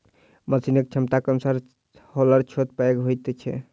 मशीनक क्षमताक अनुसार हौलर छोट पैघ होइत छै